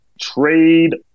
trade